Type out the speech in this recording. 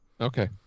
Okay